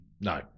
No